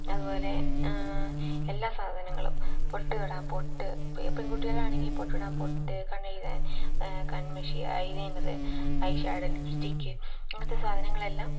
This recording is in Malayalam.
അതുപോലെ എല്ലാ സാധനങ്ങളും പൊട്ട് തൊടാൻ പൊട്ട് പെൺകുട്ടികളാണെങ്കി പൊട്ട് തൊടാൻ പൊട്ട് കണ്ണഴുതാൻ കൺമഷി ഐലൈനറ് ഐ ഷാഡൊ ലിപ്സ്റ്റിക്ക് അങ്ങനെത്തെ സാധനങ്ങളെല്ലാം